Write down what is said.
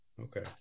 Okay